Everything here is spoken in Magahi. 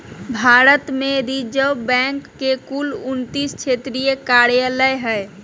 भारत में रिज़र्व बैंक के कुल उन्तीस क्षेत्रीय कार्यालय हइ